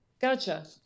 gotcha